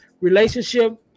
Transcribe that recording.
relationship